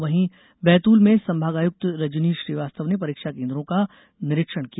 वहीं बैतूल में संभागायुक्त रजनीश श्रीवास्तव ने परीक्षा केन्द्रों का निरीक्षण किया